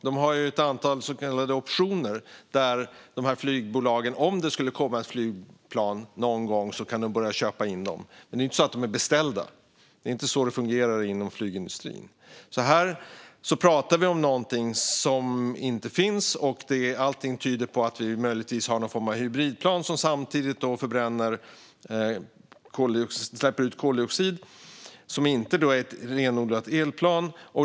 De har ett antal så kallade optioner där flygbolagen om det någon gång skulle komma elflygplan kan börja köpa in dem. Men det är inte så att de är beställda; det är inte så det fungerar inom flygindustrin. Här pratar vi alltså om någonting som inte finns. Allting tyder på att vi möjligtvis kommer att ha någon form av hybridplan som samtidigt släpper ut koldioxid och som inte är renodlade elplan.